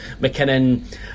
McKinnon